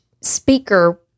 speaker